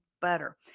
better